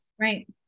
Right